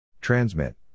Transmit